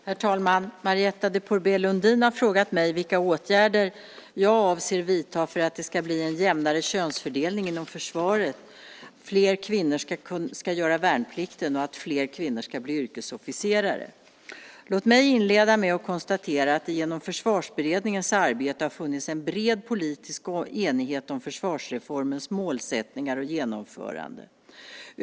Herr talman! Marietta de Pourbaix-Lundin har frågat mig vilka åtgärder jag avser att vidta för att 1. det ska bli en jämnare könsfördelning inom försvaret, 2. fler kvinnor ska göra värnplikten och 3. fler kvinnor ska bli yrkesofficerare. Låt mig inleda med att konstatera att det genom Försvarsberedningens arbete har funnits en bred politisk enighet om försvarsreformens målsättningar och genomförande.